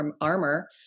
armor